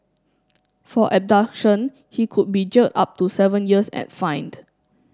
for abduction he could be jailed up to seven years and fined